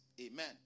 Amen